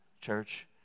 church